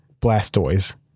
Blastoise